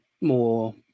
more